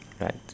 right